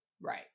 right